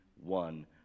one